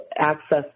access